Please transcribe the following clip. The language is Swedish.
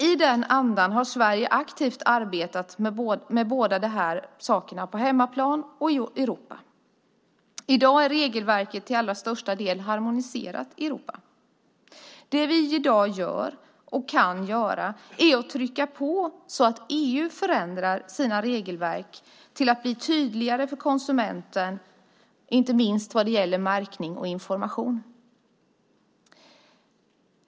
I den andan har Sverige aktivt arbetat med båda de här sakerna, på hemmaplan och i Europa. I dag är regelverket till allra största delen harmoniserat i Europa. Det vi i dag gör och kan göra är att trycka på så att EU förändrar sina regelverk till att bli tydligare för konsumenten, inte minst vad gäller märkning och information.